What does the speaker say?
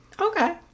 okay